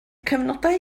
cyfnodau